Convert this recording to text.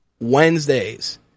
Wednesdays